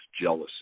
jealousy